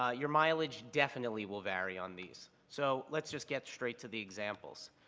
ah your mileage definitely will vary on these, so let's just get straight to the examples.